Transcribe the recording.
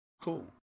cool